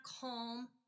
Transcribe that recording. calm